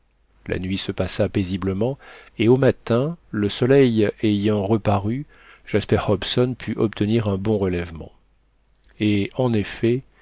la nuit se passa paisiblement et au matin le soleil ayant reparu jasper hobson put obtenir un bon relèvement et en effet